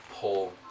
pull